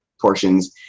portions